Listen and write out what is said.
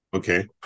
Okay